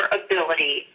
ability